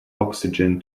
oxygen